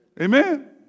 Amen